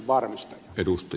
arvoisa puhemies